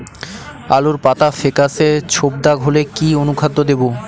আলুর পাতা ফেকাসে ছোপদাগ হলে কি অনুখাদ্য দেবো?